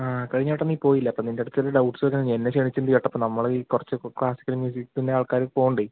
ആ കഴിഞ്ഞ വട്ടം നീ പോയില്ലേ അപ്പം നിന്റെ അടുത്ത് ഒരു ഡൗട്ട്സ് എന്നാ നമ്മൾ ഈ കുറച്ച് ക്ലാസിക്കൽ മ്യൂസിക്കിന്റെ ആൾക്കാര് പോണുണ്ടേ